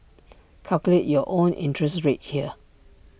calculate your own interest rate here